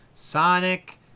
Sonic